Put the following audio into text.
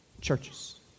churches